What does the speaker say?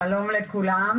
שלום לכולם.